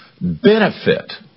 benefit